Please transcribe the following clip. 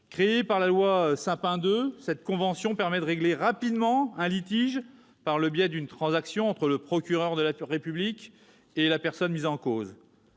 Créée par la loi Sapin 2, cette convention permet de régler rapidement un litige par le biais d'une transaction entre le procureur de la République et la personne mise en cause,